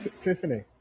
Tiffany